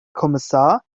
kommissar